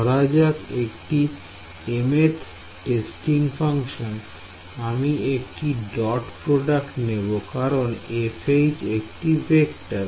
ধরা যাক একটি mth টেস্টিং ফাংশন আমি একটি ডট প্রোডাক্ট নেব কারণ একটি ভেক্টর